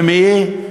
ממי?